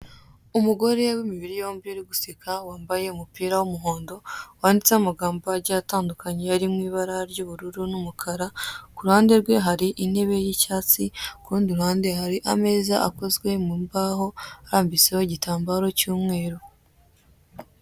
Umugore w'imibiri yombi, uri guseka, wambaye umupira w'umuhondo, wanditseho amagambo agiye atandukanye ari mu ibara ry'ubururu n'umukara. Ku ruhande rwe hari intebe y'icyatsi, ku rundi ruhande hari ameza akozwe mu mbaho, arambitseho igitambaro cy'umweru.